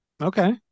Okay